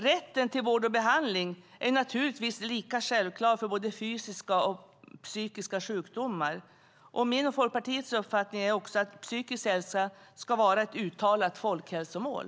Rätten till vård och behandling är lika självklar för både fysiska och psykiska sjukdomar, och min och Folkpartiets uppfattning är också att psykisk hälsa ska vara ett uttalat folkhälsomål.